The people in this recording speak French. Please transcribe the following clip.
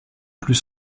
plus